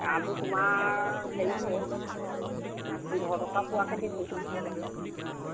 এৱাঁটো তোমাৰ হেৰি হ'ব পোন্ধৰ টকা পোৱাকৈ দিছোঁ